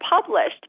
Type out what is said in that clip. published